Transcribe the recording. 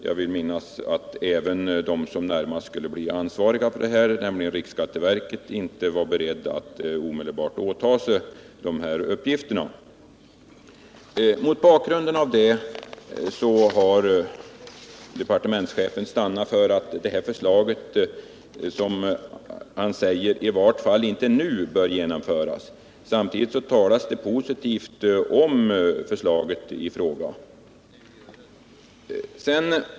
Jag vill minnas att man även i riksskatteverket, som närmast skulle bli ansvarigt för detta, inte var beredd att omedelbart åta sig dessa uppgifter. Mot bakgrund därav har departementschefen stannat för att förslaget, som han säger, i vart fall inte nu bör genomföras, men samtidigt har han uttalat sig positivt om förslaget i fråga.